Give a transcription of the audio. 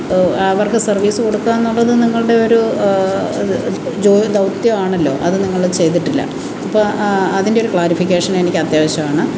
അവർക്ക് സർവീസ് കൊടുക്കാമെന്നുള്ളത് നിങ്ങളുടെ ഒരു ഇത് ദൗത്യമാണല്ലോ അതു നിങ്ങൾ ചെയ്തിട്ടില്ല ഇപ്പോൾ അതിൻ്റെ ഒരു ക്ലാരിഫിക്കേഷൻ എനിക്ക് അത്യാവശ്യാണ്